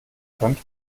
könnt